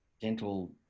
dental